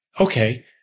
Okay